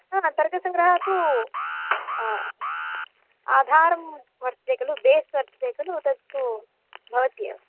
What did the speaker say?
हा तर्कसङ्ग्रहः तु आधारं वर्तते खलु बेस् वर्तते खलु तत्तु भवत्येव